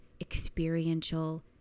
experiential